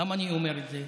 למה אני אומר את זה?